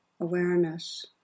awareness